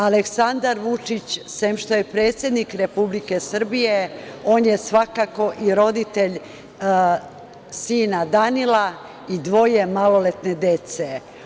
Aleksandar Vučić, sem što je predsednik Republike Srbije, svakako je i roditelj sina Danila i dvoje maloletne dece.